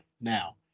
now